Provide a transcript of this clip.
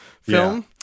film